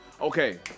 Okay